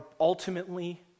ultimately